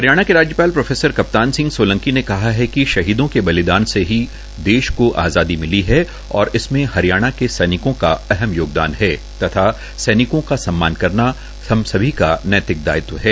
हरियाणा के राज्यपाल प्रोकप्तान सिंह सोलंकी ने कहा है कि शहीदों के बलिदान से ही देश को आज़ादी मिली है और इसमे हरियणा के सैनिकों का अहम योगदान है तथा सैनिकों का सम्मान करना सभी का नैतिक दायित्व है